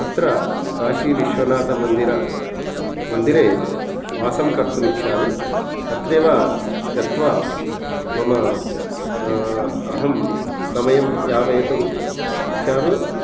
तत्र काशी विश्वनाथमन्दिरे मन्दिरे वासं कर्तुम् इच्छामि तत्रैव गत्वा मम अहं समयं यापयितुम् इच्छामि